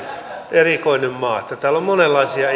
erikoinen maa täällä on monenlaisia